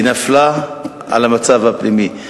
היא נפלה בגלל המצב הפנימי.